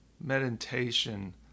Meditation